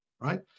Right